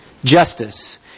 Justice